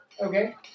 Okay